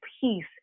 peace